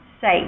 safe